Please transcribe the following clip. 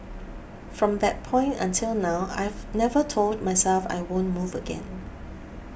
from that point until now I've never told myself I won't move again